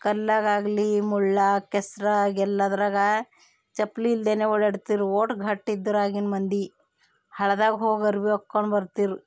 ಕಲ್ಲಾಗಾಗಲಿ ಮುಳ್ಳಾಗ ಕೆಸ್ರಾಗ ಎಲ್ಲಾದ್ರಾಗ ಚಪ್ಪಲಿ ಇಲ್ದೇ ಓಡಾಡ್ತೀರು ಒಟ್ಟು ಗಟ್ಟಿದ್ರಾಗಿನ ಮಂದಿ ಹಳ್ದಾಗ ಹೋಗಿ ಅರ್ಬಿ ಒಕ್ಕೊಂಡು ಬರ್ತಿರು